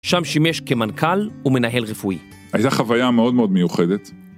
שם שימש כמנכ״ל ומנהל רפואי. הייתה חוויה מאוד מאוד מיוחדת.